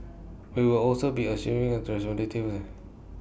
he will also be assuming responsibility for